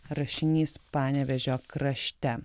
rašinys panevėžio krašte